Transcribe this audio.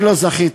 אני לא זכיתי,